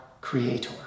creator